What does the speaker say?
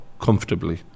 comfortably